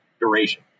duration